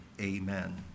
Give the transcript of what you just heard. amen